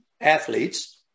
athletes